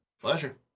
pleasure